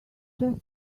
just